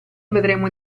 vedremo